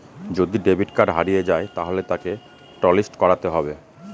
যদি debit card হারিয়ে যায় তাহলে তাকে টলিস্ট করাতে হবে